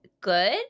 good